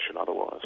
otherwise